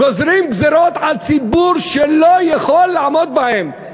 גוזרים על ציבור גזירות שהוא לא יכול לעמוד בהן.